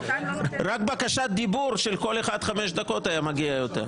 רק בקשת דיבור של כל אחד חמש דקות, היה מגיע יותר.